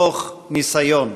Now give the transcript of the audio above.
מתוך ניסיון: